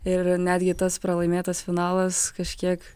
ir netgi tas pralaimėtas finalas kažkiek